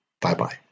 Bye-bye